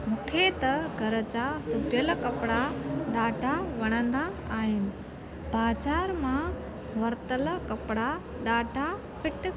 मूंखे त घर जा सुबियलु कपिड़ा ॾाढा वणंदा आहिनि बाज़ार मां वरितल कपिड़ा ॾाढा फिट